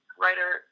writer